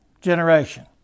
generation